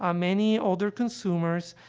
um many older consumers,